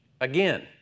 Again